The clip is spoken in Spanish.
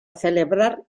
celebrar